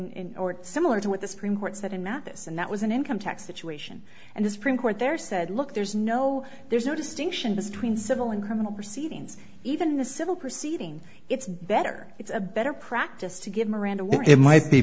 in or similar to what the supreme court said in madison that was an income tax situation and the supreme court there said look there's no there's no distinction between civil and criminal proceedings even the civil proceeding it's better it's a better practice to give miranda where it might be